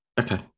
okay